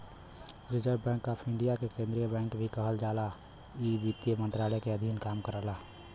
reserve bank of India के केंद्रीय bank भी कहल जाला इ वित्त मंत्रालय के अधीन काम करला